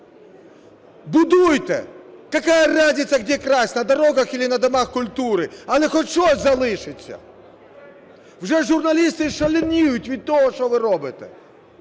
Будуйте! Какая разница, где красть, на дорогах или на домах культуры, але хоч щось залишиться! Вже журналісти шаленіють від того, що ви робите.